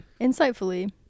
Insightfully